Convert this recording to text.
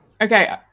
okay